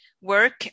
work